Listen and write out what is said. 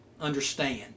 understand